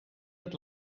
het